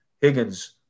higgins